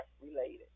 related